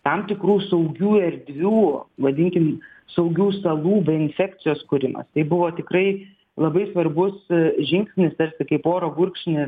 tam tikrų saugių erdvių vadinkim saugių salų be infekcijos kūrimas tai buvo tikrai labai svarbus žingsnis tarsi kaip oro gurkšnis